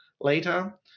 later